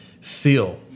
feel